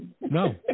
No